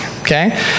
okay